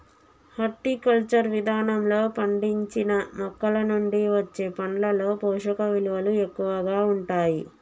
horticulture విధానంలో పండించిన మొక్కలనుండి వచ్చే పండ్లలో పోషకవిలువలు ఎక్కువగా ఉంటాయి